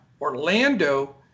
Orlando